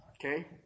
Okay